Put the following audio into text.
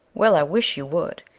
well, i wish you would.